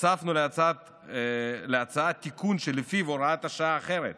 הוספנו להצעה תיקון שלפיו הוראת שעה אחרת